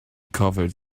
covered